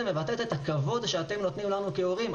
מבטאת את הכבוד שאתם נותנים לנו כהורים.